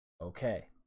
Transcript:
Okay